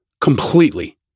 completely